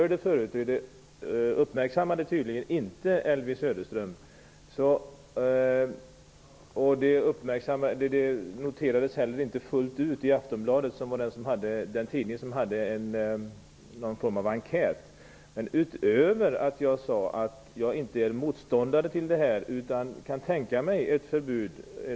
Elvy Söderström uppmärksammade tydligen inte, och det noterades heller inte fullt ut i Aftonbladet, den tidning som hade någon form av enkät, vad jag sade utöver att jag inte är motståndare till innehavskriminalisering utan kan tänka mig ett förbud.